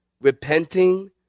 repenting